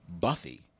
Buffy